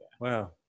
Wow